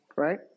Right